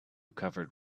covered